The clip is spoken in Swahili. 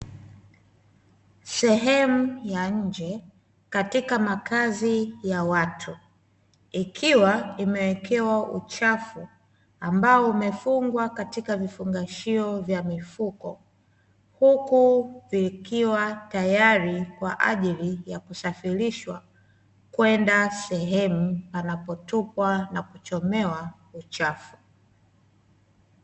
Sehemu ya nje katika makazi ya watu, ikiwa imewekewa uchafu ambao umefungwa katika vifungashio vya mifuko. Huku vikiwa tayari kwa ajili ya kusafirishwa, kwenda sehemu panapotupwa na kuchomewa uchafu.